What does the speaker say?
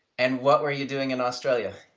and what were you doing in australia?